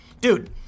dude